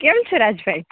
કેમ છે રાજ ભાઈ